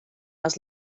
les